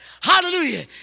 Hallelujah